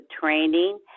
training